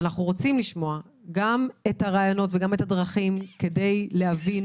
אנחנו רוצים לשמוע את הרעיונות ואת הדרכים כדי להבין